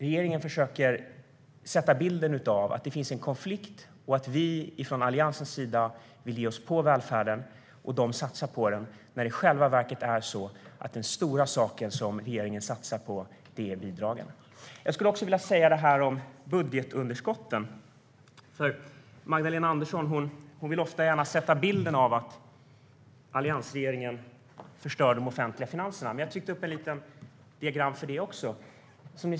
Regeringen försöker skapa bilden av att det finns en konflikt och att vi från Alliansens sida vill ge oss på välfärden och att de satsar på den när det i själva verket är så att den stora sak som regeringen satsar på är bidragen. Jag skulle också vilja säga något om budgetunderskotten. Magdalena Andersson vill ofta skapa bilden av att alliansregeringen förstör de offentliga finanserna. Men jag har tryckt upp ett litet diagram över det också.